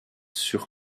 sur